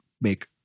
make